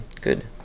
good